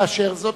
מאשר זאת,